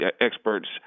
experts